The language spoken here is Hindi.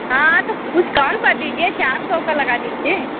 हाँ तो कुछ कम कर दीजिए चार सौ का लगा दीजिए